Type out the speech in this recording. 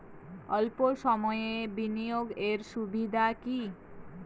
অল্প সময়ের বিনিয়োগ এর সুবিধা কি?